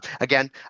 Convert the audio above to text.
again